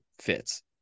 fits